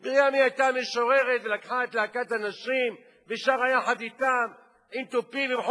מרים היתה משוררת ולקחה את להקת הנשים ושרה יחד אתן עם תופים ובמחולות,